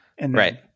Right